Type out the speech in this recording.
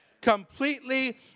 Completely